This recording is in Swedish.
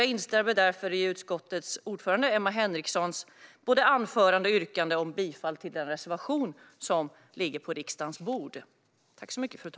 Jag instämmer därför i utskottets ordförande Emma Henrikssons anförande och yrkande om bifall till reservationen i betänkandet.